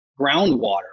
groundwater